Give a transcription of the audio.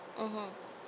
mmhmm